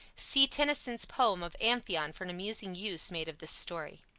see tennyson's poem of amphion for an amusing use made of this story.